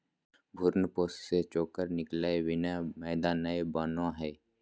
भ्रूणपोष से चोकर निकालय बिना मैदा नय बनो हइ